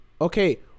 Okay